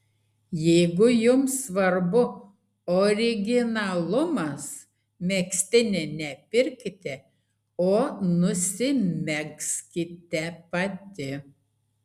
jeigu jums svarbu originalumas megztinį ne pirkite o nusimegzkite pati